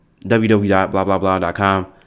www.blahblahblah.com